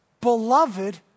beloved